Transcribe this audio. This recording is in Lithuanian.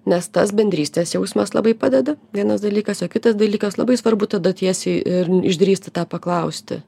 nes tas bendrystės jausmas labai padeda vienas dalykas o kitas dalykas labai svarbu tada tiesiai ir išdrįsti tą paklausti